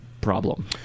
problem